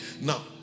Now